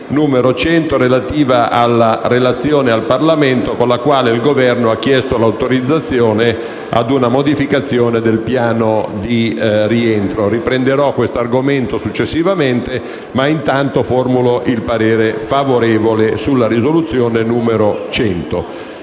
n. 100, relativa alla relazione al Parlamento, con la quale il Governo ha chiesto l'autorizzazione a una modifica del piano di rientro. Riprenderò questo argomento successivamente, ma intanto formulo il parere favorevole sulla proposta di risoluzione n. 100.